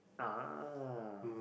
ah